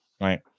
Right